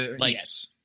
Yes